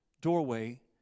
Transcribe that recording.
doorway